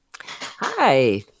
Hi